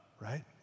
right